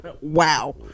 Wow